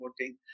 voting